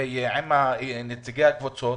ועם נציגי הקבוצות.